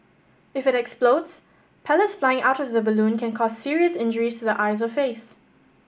if it explodes pellets flying out of the balloon can cause serious injuries to the eyes or face